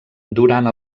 durant